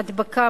ההדבקה,